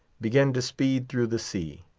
began to speed through the sea.